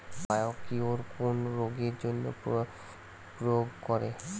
Biocure কোন রোগেরজন্য প্রয়োগ করে?